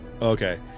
Okay